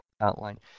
outline